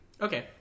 Okay